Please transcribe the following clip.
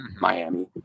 Miami